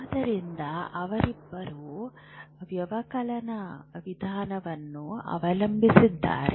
ಆದ್ದರಿಂದ ಅವರಿಬ್ಬರೂ ವ್ಯವಕಲನ ವಿಧಾನವನ್ನು ಅವಲಂಬಿಸಿದ್ದಾರೆ